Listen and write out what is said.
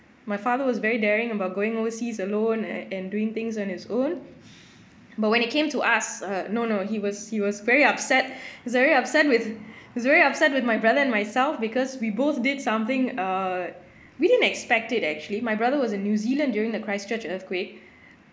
my father was very daring about going overseas alone and and doing things on his own but when it came to us uh no no he was he was very upset his very upset with his very upset with my brother and myself because we both did something err we didn't expect it actually my brother was in new zealand during the christchurch earthquake